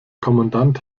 kommandant